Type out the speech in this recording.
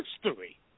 history